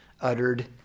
uttered